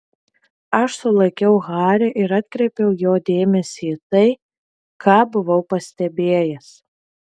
aš sulaikiau harį ir atkreipiau jo dėmesį į tai ką buvau pastebėjęs